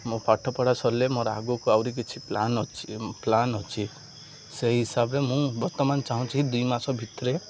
ମୋ ପାଠ ପଢ଼ା ସରିଲେ ମୋର ଆଗକୁ ଆହୁରି କିଛି ପ୍ଲାନ୍ ଅଛି ପ୍ଲାନ୍ ଅଛି ସେହି ହିସାବରେ ମୁଁ ବର୍ତ୍ତମାନ ଚାହୁଁଛି ଦୁଇ ମାସ ଭିତରେ